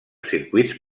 circuits